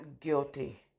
guilty